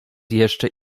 jeszcze